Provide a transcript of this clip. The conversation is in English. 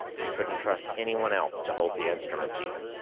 he couldn't trust anyone else to hold the instruments, even.